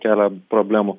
kelia problemų